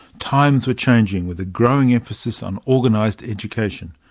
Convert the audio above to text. times were changing, with a growing emphasis on organised education.